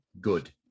good